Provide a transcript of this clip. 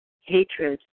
hatred